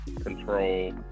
control